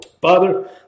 Father